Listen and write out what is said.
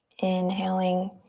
inhaling.